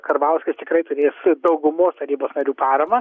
karbauskis tikrai turės daugumos tarybos narių paramą